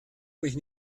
mich